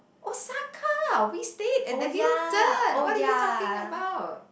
Osaka we stayed at the Hilton what did you talking about